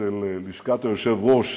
בלשכת היושב-ראש,